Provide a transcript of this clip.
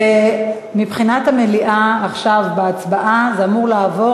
מבחינת המליאה עכשיו בהצבעה, זה אמור לעבור